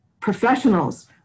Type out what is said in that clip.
professionals